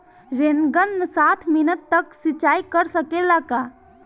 Rain gun साठ metre तक सिचाई कर सकेला का?